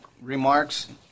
remarks